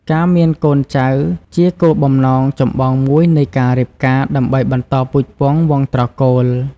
ការមានកូនចៅជាគោលបំណងចម្បងមួយនៃការរៀបការ ដើម្បីបន្តពូជពង្សវង្សត្រកូល។